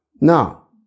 Now